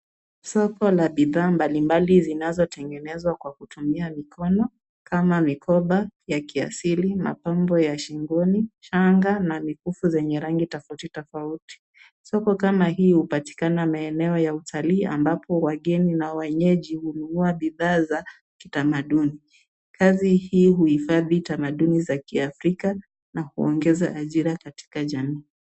Soko la bidhaa mbalimbali zinazotengenezwa kwa kutumia mikono kama mikoba ya kiaslili, mapambo ya shingoni, shanga na mikufu zenye rangi tofauti tofauti. Soko kama hii hupatikana maeneo ya utalii ambapo wageni na wenyeji hununua bidhaa za kitamaduni. Kazi hii uhifadhi tamaduni za Kiafrika na kuongeza ajira katika jamii.